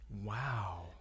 Wow